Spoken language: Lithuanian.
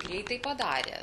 jei tai padarė